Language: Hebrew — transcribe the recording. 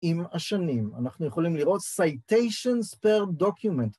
עם השנים. אנחנו יכולים לראות סייטיישן פר דוקימנט.